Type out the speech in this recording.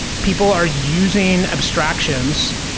people are using abstractions,